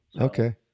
Okay